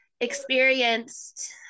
experienced